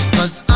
Cause